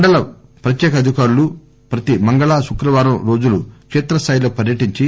మండల ప్రత్యేకాధికారులు ప్రతి మంగళ శుక్రవారం రెండు రోజులు కేత్రస్దాయిలో పర్యటించి